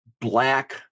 black